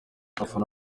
abafana